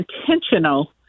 intentional